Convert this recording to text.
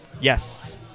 Yes